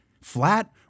flat